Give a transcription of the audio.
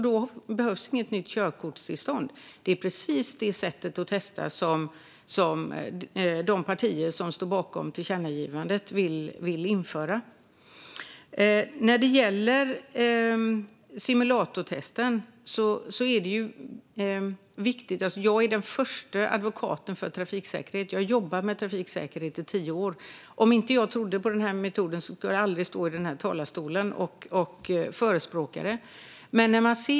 Då behövs inget nytt körkortstillstånd. Det är precis detta sätt att testa som de partier som står bakom tillkännagivandet vill införa. När det gäller simulatortestet vill jag säga att jag är den första advokaten för trafiksäkerhet. Jag har jobbat med trafiksäkerhet i tio år. Om inte jag trodde på denna metod skulle jag aldrig stå i denna talarstol och förespråka den.